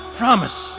promise